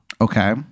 okay